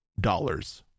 dollars